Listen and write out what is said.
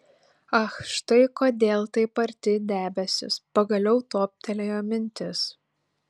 ach štai kodėl taip arti debesys pagaliau toptelėjo mintis